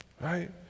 right